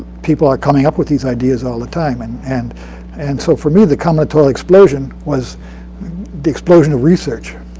people are coming up with these ideas all the time. and and and so for me, the combinatorial explosion was the explosion of research.